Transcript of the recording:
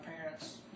parents